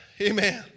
Amen